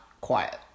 quiet